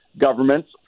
government's